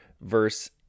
verse